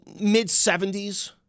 mid-70s